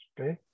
okay